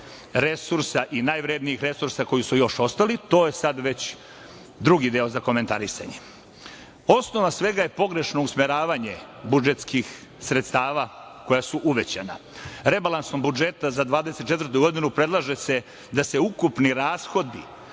resursa i najvrednijih resursa koji su još ostali, to je sada već drugi deo za komentarisanje. Osnovana svega je pogrešno usmeravanje budžetskih sredstava koja su uvećana. Rebalansom budžeta za 2024. godinu predlaže se da se ukupni rashodi